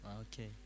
Okay